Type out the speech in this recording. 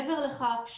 מעבר לכך,